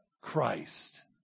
Christ